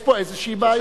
יש פה איזו בעיה.